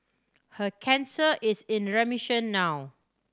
her cancer is in remission now